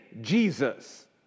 Jesus